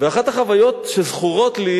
ואחת החוויות שזכורות לי